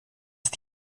ist